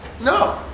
No